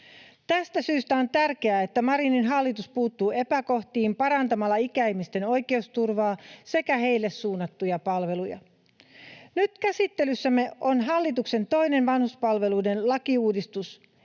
Tästä syystä on tärkeää, että Marinin hallitus puuttuu epäkohtiin parantamalla ikäihmisten oikeusturvaa sekä heille suunnattuja palveluja. Nyt käsittelyssämme on hallituksen toinen vanhuspalveluiden lakiuudistus.